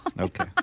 Okay